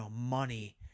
Money